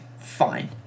fine